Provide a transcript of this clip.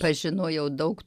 pažinojau daug